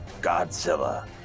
Godzilla